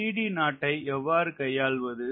ஐ எவ்வாறு கையாள்வது